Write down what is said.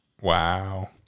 Wow